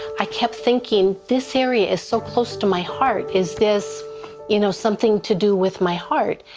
i kept thinking, this area is so close to my heart. is this you know something to do with my heart.